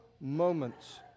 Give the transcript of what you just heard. moments